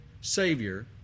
Savior